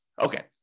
Okay